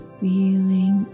feeling